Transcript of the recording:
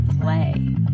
Play